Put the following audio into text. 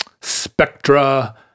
spectra